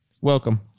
Welcome